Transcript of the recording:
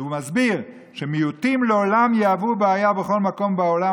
והוא מסביר שמיעוטים לעולם יהוו בעיה בכל מקום בעולם,